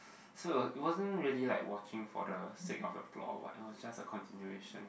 so is wasn't really like really for the seed of the plot what else just a continuation